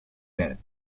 verd